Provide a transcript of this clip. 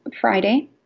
Friday